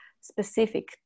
specific